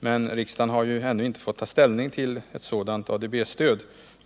men riksdagen har ju ännu inte fått ta ställning till ett sådant ADB-stöd.